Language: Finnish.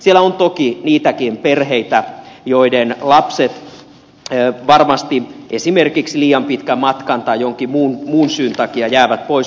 siellä on toki niitäkin perheitä joiden lapset varmasti esimerkiksi liian pitkän matkan tai jonkin muun syyn takia jäävät pois